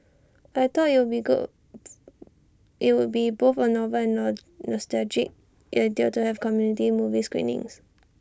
I thought IT would be both A novel and nostalgic idea to have community movie screenings